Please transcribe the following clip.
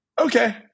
okay